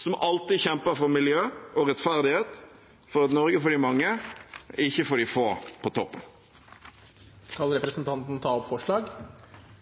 som alltid kjemper for miljø og rettferdighet, og for et Norge for de mange, ikke for de få på toppen. Jeg tar til slutt opp SVs forslag.